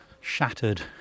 shattered